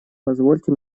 позвольте